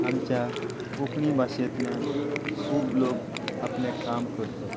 आमच्या कोंकणी भाशेंतल्यान खूब लोक आपलें काम करतात